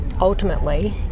ultimately